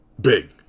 big